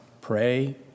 pray